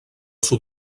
sud